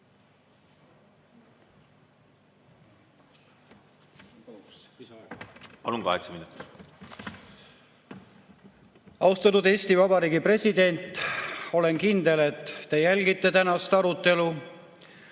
Palun! Kaheksa minutit. Austatud Eesti Vabariigi president! Olen kindel, et te jälgite tänast arutelu.